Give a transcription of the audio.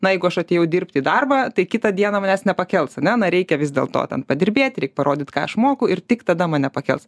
na jeigu aš atėjau dirbti į darbą tai kitą dieną manęs nepakels ar ne na reikia vis dėl to ten padirbėti reik parodyt ką aš moku ir tik tada mane pakels